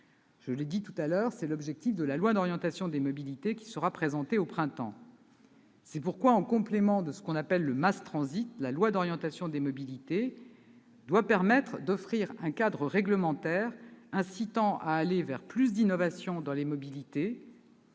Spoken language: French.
Je l'ai dit tout à l'heure, tel est l'objet de loi d'orientation des mobilités qui sera présentée au printemps. C'est pourquoi, en complément de ce que l'on appelle le, la loi d'orientation des mobilités doit permettre d'offrir un cadre réglementaire incitant à aller vers plus d'innovations dans les mobilités-